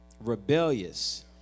rebellious